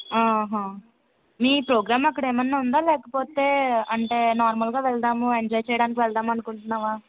మీ programme అక్కడేమన్నా ఉందా లేకపోతే అంటే నార్మల్గా వెళ్దాము ఎంజాయ్ చేయడానికి వెళ్దాము అనుకుంటున్నావా